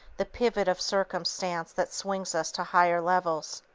the pivot of circumstance that swings us to higher levels.